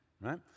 right